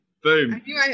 Boom